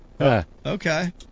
Okay